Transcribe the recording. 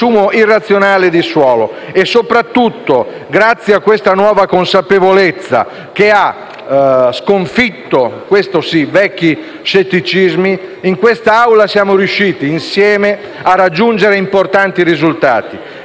grazie a questa nuova consapevolezza, che ha sconfitto - questo sì - vecchi scetticismi, in quest'Assemblea siamo riusciti insieme a raggiungere importanti risultati,